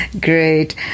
great